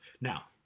Now